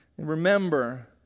Remember